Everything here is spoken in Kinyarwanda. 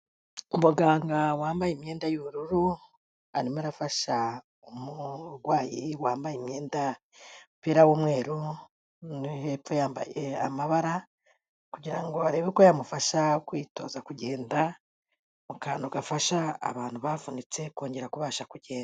Umuganga wambaye imyenda y'ubururu, arimo arafasha umurwayi wambaye imyenda, umupira w'umweru, hepfo yambaye amabara, kugira ngo arebe ko yamufasha, kwitoza kugenda, mu kantu gafasha abantu bavunitse, kongera kubasha kugenda.